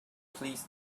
please